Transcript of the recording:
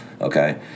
okay